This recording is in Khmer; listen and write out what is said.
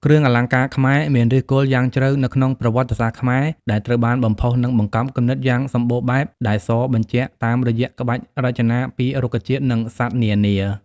គ្រឿងអលង្ការខ្មែរ មានឫសគល់យ៉ាងជ្រៅនៅក្នុងប្រវត្តិសាស្ត្រខ្មែរ ដែលត្រូវបានបំផុសនិងបង្កប់គំនិតយ៉ាងសម្បូរបែបដែលសបញ្ជាក់តាមរយៈក្បាច់រចនាពីរុក្ខជាតិ និងសត្វនានា។